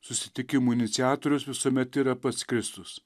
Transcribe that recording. susitikimo iniciatorius visuomet yra pats kristus